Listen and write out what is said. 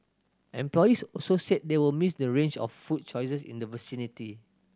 employees also said they will miss the range of food choices in the vicinity